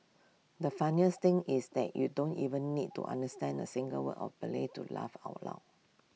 the funniest thing is that you don't even need to understand A single word of Malay to laugh out loud